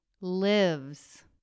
lives